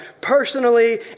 personally